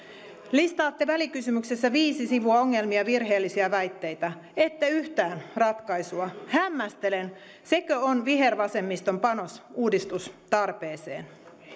listaatte välikysymyksessä viisi sivua ongelmia virheellisiä väitteitä ette yhtään ratkaisua hämmästelen sekö on vihervasemmiston panos uudistustarpeeseen